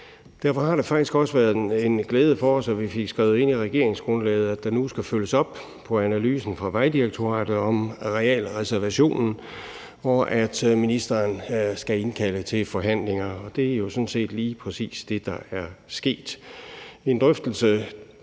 Derfor har det faktisk også været en glæde for os, at vi fik skrevet ind i regeringsgrundlaget, at der nu skal følges op på analysen fra Vejdirektoratet om arealreservationen, og at ministeren skal indkalde til forhandlinger, og det er jo sådan set lige præcis det, der er sket.